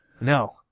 No